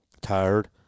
Tired